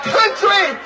country